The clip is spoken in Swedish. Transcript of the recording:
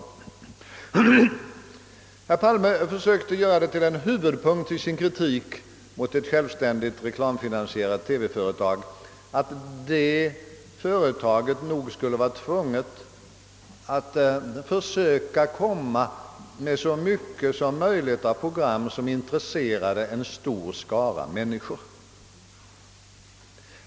Herr Palme försöker göra det till en huvudpunkt i sin kritik mot ett självständigt reklamfinansierat företag att detta nog skulle vara tvunget att försöka komma med så mycket som möjligt av program som intresserar en stor skara människor.